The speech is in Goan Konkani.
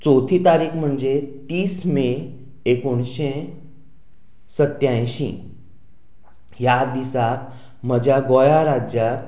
चवथी तारीक म्हणजे तीस मे एकोणशे सत्त्याएंशी ह्या दिसाक म्हज्या गोंया राज्याक